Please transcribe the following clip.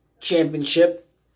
Championship